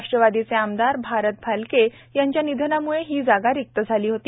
राष्ट्रवादीचे आमदार भारत भालके यांच्या निधनाम्ळे ही जागा रिक्त झाली होती